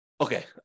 Okay